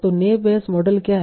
तो naive Bayes model क्या है